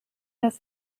dass